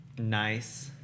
Nice